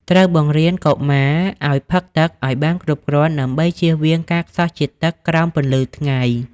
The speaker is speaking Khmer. ត្រូវបង្រៀនកុមារឱ្យ ផឹកទឹក ឱ្យបានគ្រប់គ្រាន់ដើម្បីជៀសវាងការខ្សោះជាតិទឹកក្រោមពន្លឺថ្ងៃ។